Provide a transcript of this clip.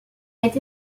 été